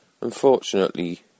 Unfortunately